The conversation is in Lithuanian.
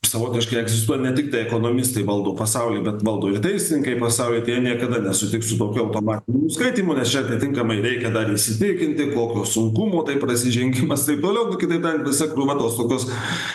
savotiškai egzistuoja ne tiktai ekonomistai valdo pasaulį bet valdo ir teisininkai pasaulį tai jie niekada nesutiks su tokiu automatiniu nuskaitymu nes čia atitinkamai reikia dar įsitikinti kokio sunkumo tai prasižengimas taip toliau nu kitaip tariant visa krūva tos tokios